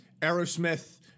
aerosmith